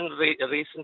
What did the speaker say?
recently